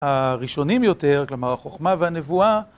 הראשונים יותר, כלומר החוכמה והנבואה.